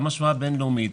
גם השוואה בינלאומית,